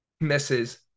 misses